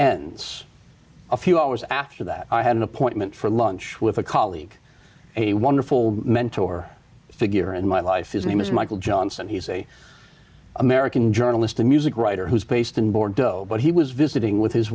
ends a few hours after that i had an appointment for lunch with a colleague a wonderful mentor figure in my life is name is michael johnson he's a american journalist a music writer who's based in bordeaux but he was visiting with his